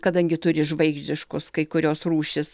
kadangi turi žvaigždiškus kai kurios rūšys